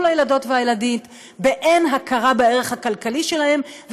הילדות והילדים באין הכרה בערך הכלכלי שלהם,